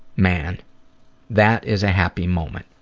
man that is a happy moment.